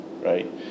right